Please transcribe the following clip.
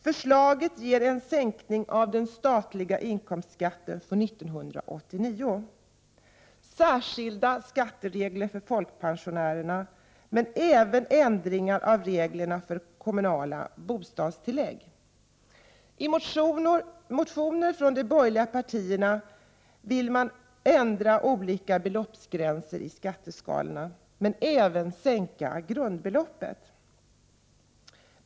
Förslaget ger e sänkning av den statliga inkomstskatten för 1989, särskilda skatteregler föl folkpensionärer, men även ändringar av reglerna för kommunala bostadstil lägg. I motioner från de borgerliga partierna vill man ändra olika belopp: gränser i skatteskalorna, men även sänka grundbeloppet.